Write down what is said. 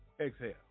Exhale